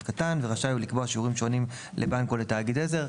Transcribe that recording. קטן"; ורשאי הוא לקבוע שיעורים שונים לבנק או לתאגיד עזר".